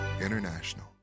International